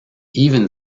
even